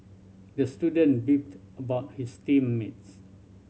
the student beefed about his team mates